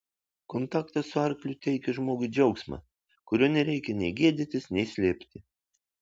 kontaktas su arkliu teikia žmogui džiaugsmą kurio nereikia nei gėdytis nei slėpti